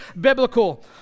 biblical